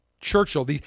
Churchill